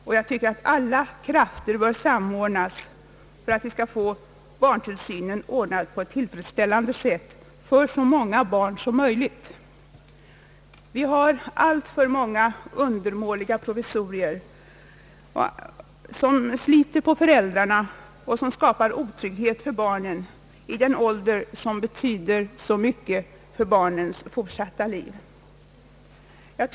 Alla krafter bör därför samordnas för att på ett tillfredsställande sätt ordna tillsyn för så många barn som möjligt. Vi har alltför många undermåliga provisorier som sliter på föräldrarna och som skapar otrygghet för barnen i en ålder som betyder så mycket för deras fortsatta utveckling.